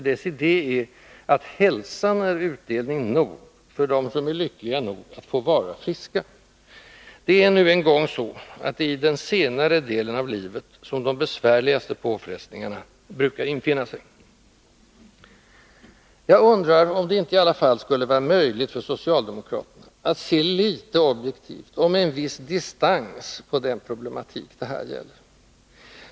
Dess idé är att hälsan är utdelning nog för dem som är lyckliga nog att få vara friska. Det är nu en gång så att det är i den senare delen av livet som de besvärligaste påfrestningarna brukar infinna sig. Jag undrar om det inte i alla fall skulle vara möjligt för socialdemokraterna att se litet objektivt och med en viss distans på den problematik det här gäller.